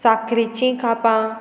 साकरीचीं कापां